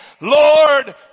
Lord